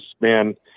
man